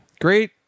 Great